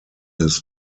his